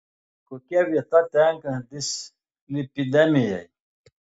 kokia vieta tenka dislipidemijai